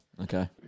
Okay